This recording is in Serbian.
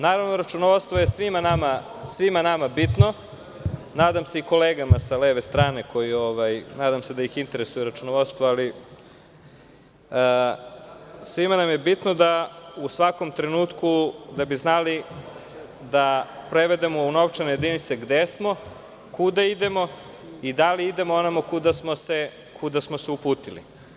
Naravno, računovodstvo je svima nama bitno, nadam se i kolegama sa leve strane, nadam se da ih interesuje računovodstvo, svima nam je bitno da bi znali u svakom trenutku da prevedemo u novčane jedinice gde smo, kuda idemo i da li idemo onamo kuda smo se uputili?